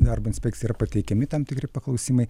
darbo inspekcija yra pateikiami tam tikri paklausimai